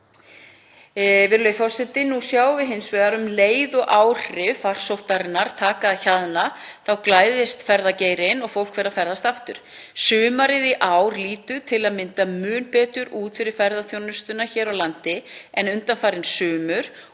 af lánunum. Nú sjáum við hins vegar að um leið og áhrif farsóttarinnar taka að hjaðna glæðist ferðageirinn og fólk fer að ferðast aftur. Sumarið í ár lítur til að mynda mun betur út fyrir ferðaþjónustuna hér á landi en undanfarin sumur